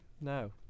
No